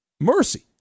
mercy